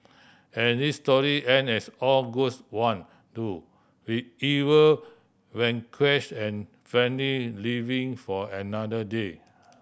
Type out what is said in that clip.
and this story end as all goods one do with evil vanquish and living for another day